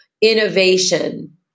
innovation